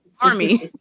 army